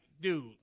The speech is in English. dude